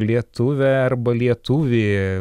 lietuvę arba lietuvį